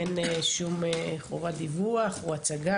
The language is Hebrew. אין שום חובת דיווח או הצגה,